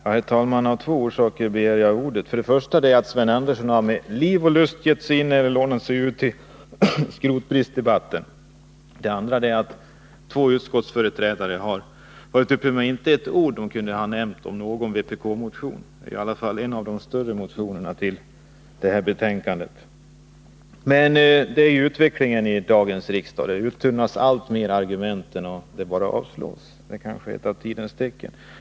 Herr talman! Av två skäl begärde jag ordet. För det första därför att Sven Andersson nu med liv och lust gett sig ut i skrotbristsdebatten. För det andra för att två företrädare för utskottet nu varit uppe i talarstolen utan att nämna ett ord om någon vpk-motion — vår motion är i alla fall en av de större av de motioner som vi nu behandlar. Men det är signifikativt för utvecklingen i dagens riksdag: argumenten uttunnas alltmer och man bara avslår motionerna. Det är kanske ett tidens tecken.